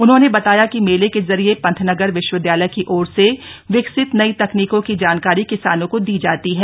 उन्होंने बताया कि मेले के जरिए पंतनगर विश्वविदयालय की ओर से विकसित नई तकनीकों की जानकारी किसानों को दी जाती है